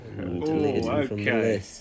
okay